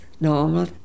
normal